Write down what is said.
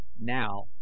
now